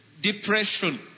depression